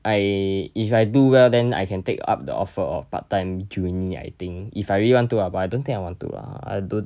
I if I do well then I can take up the offer or part time uni I think if I really want to ah but I don't think I want to ah I don't